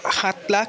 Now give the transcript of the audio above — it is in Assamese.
সাত লাখ